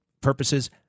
purposes